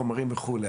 החומרים וכדומה.